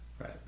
right